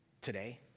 today